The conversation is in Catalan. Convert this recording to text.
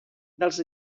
dels